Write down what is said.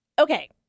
Okay